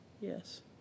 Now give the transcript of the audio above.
Yes